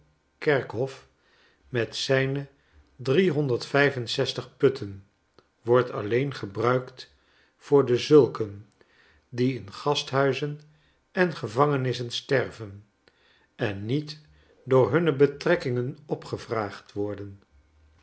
kerkhof metzijne driehonderd vijf en zestig putten wordt alleen gebruikt voor dezulken die in gasthuizen en gevangenissen sterven en niet door hunne betrekkingen opgevraagd worden